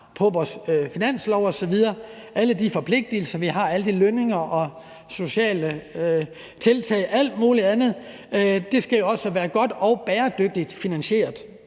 på vores finanslove osv., alle de forpligtelser, vi har, alle de lønninger og sociale tiltag og alt muligt andet, også skal være godt og bæredygtigt finansieret.